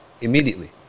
Immediately